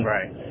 Right